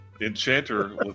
Enchanter